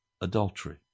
adultery